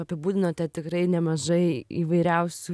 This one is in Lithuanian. apibūdinote tikrai nemažai įvairiausių